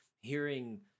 hearing